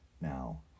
Now